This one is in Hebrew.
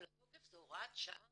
אבל התוקף זו הוראת שעה